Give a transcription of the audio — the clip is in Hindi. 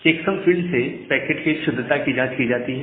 चेक्सम फील्ड से पैकेट के शुद्धता की जांच की जाती है